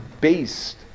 based